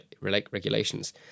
regulations